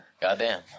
Goddamn